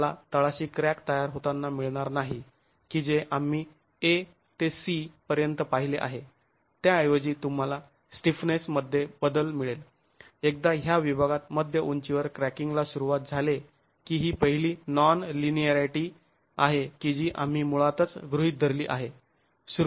तुम्हाला तळाशी क्रॅक तयार होताना मिळणार नाही की जे आम्ही a ते c पर्यंत पाहिले आहे त्याऐवजी तुम्हाला स्टिफनेस मध्ये हे बदल मिळेल एकदा ह्या विभागात मध्य उंचीवर क्रॅकींगला सुरुवात झाले की ही पहिली नॉन लिनिअरीटी आहे की जी आम्ही मुळातच गृहीत धरली आहे